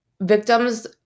victims –